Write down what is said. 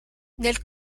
nel